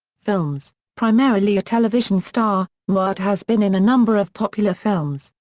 films primarily a television star, newhart has been in a number of popular films,